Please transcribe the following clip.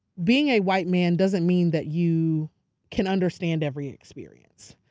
being a white man doesn't mean that you can understand every experience.